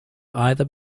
either